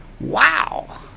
Wow